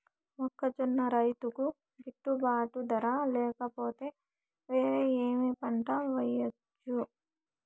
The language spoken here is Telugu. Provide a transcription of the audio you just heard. మొక్కజొన్న రైతుకు గిట్టుబాటు ధర లేక పోతే, వేరే ఏమి పంట వెయ్యొచ్చు?